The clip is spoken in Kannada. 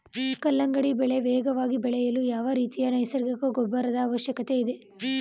ಕಲ್ಲಂಗಡಿ ಬೆಳೆ ವೇಗವಾಗಿ ಬೆಳೆಯಲು ಯಾವ ರೀತಿಯ ನೈಸರ್ಗಿಕ ಗೊಬ್ಬರದ ಅವಶ್ಯಕತೆ ಇದೆ?